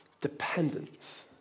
dependence